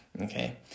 okay